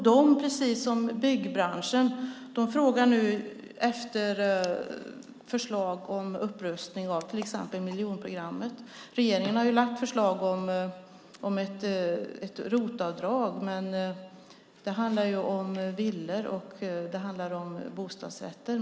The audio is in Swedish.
De, precis som byggbranschen, frågar nu efter förslag om upprustning av till exempel miljonprogrammet. Regeringen har lagt fram förslag om ett ROT-avdrag, men det handlar om villor och om bostadsrätter.